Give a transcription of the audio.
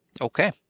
Okay